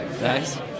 Nice